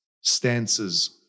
stances